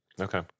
okay